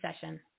session